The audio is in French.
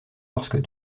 lorsque